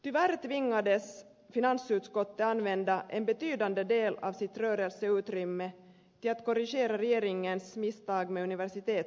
tyvärr tvingades finansutskottet använda en betydande del av sitt rörelseutrymme till att korrigera regeringens misstag med universitetsanslagen